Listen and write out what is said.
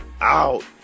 out